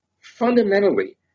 fundamentally